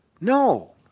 No